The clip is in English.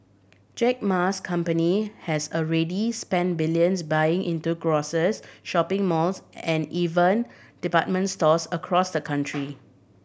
Jack Ma's company has already spent billions buying into grocers shopping malls and even department stores across the country